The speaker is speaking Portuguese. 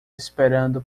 esperando